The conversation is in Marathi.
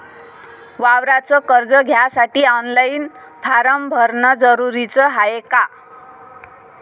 वावराच कर्ज घ्यासाठी ऑनलाईन फारम भरन जरुरीच हाय का?